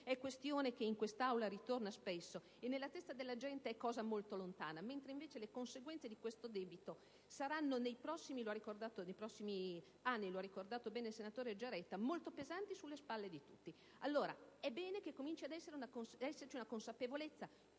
è questione che in Aula torna spesso e nella testa della gente è cosa molto lontana, invece le conseguenze di questo debito saranno nei prossimi anni - lo ha ricordato bene il senatore Giaretta - molto pesanti sulle spalle di tutti. È bene allora che cominci ad esserci una consapevolezza